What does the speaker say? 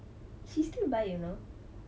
she still buy you know